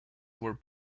were